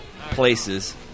places